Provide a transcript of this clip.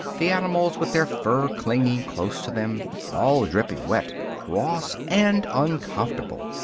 the animals with their fur clinging close to them all dripping wet, cross, and uncomfortable.